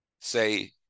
Say